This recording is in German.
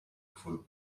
gefunden